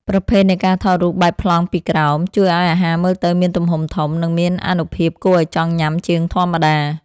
ប្រភេទនៃការថតរូបបែបប្លង់ពីក្រោម ជួយឱ្យអាហារមើលទៅមានទំហំធំ និងមានអានុភាពគួរឱ្យចង់ញ៉ាំជាងធម្មតា។